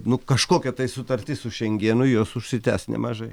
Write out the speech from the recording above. nu kažkokia tai sutartis su šengenu jos užsitęs nemažai